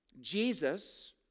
Jesus